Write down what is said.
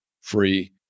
free